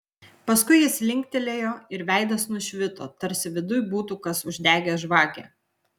paskui jis linktelėjo ir veidas nušvito tarsi viduj būtų kas uždegęs žvakę